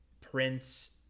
Prince